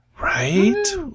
Right